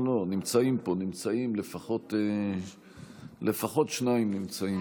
נמצאים פה לפחות שניים.